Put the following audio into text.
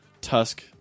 Tusk